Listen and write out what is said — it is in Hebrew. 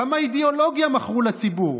כמה אידיאולוגיה מכרו לציבור.